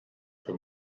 für